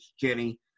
Jenny